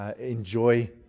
enjoy